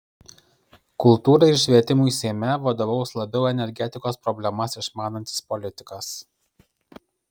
kultūrai ir švietimui seime vadovaus labiau energetikos problemas išmanantis politikas